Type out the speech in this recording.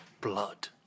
Blood